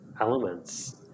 elements